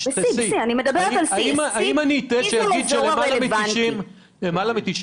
אני מדברת על C. אם אני אומר שלמעלה מ-90